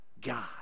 God